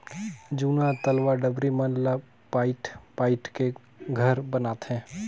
जूना तलवा डबरी मन ला पायट पायट के घर बनाथे